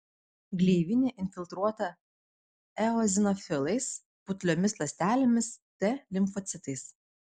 gleivinė infiltruota eozinofilais putliomis ląstelėmis t limfocitais